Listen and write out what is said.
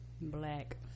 Black